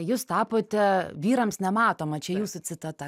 jūs tapote vyrams nematoma čia jūsų citata